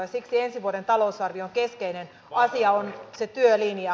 siksi ensi vuoden talousarvion keskeinen asia on se työlinja